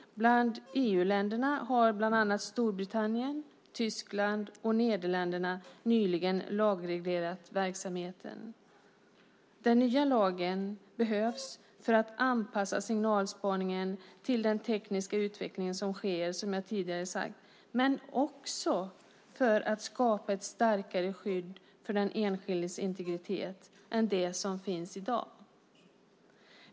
Bland EU-länderna har till exempel Storbritannien, Tyskland och Nederländerna nyligen lagreglerat verksamheten. Den nya lagen behövs för att anpassa signalspaningen till den tekniska utveckling som sker, som jag tidigare har sagt. Men den behövs också för att skapa ett starkare skydd för den enskildes integritet än det som finns i dag.